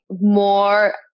more